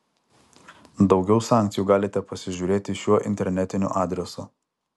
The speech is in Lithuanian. daugiau sankcijų galite pasižiūrėti šiuo internetiniu adresu